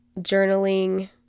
journaling